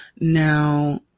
Now